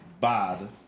bad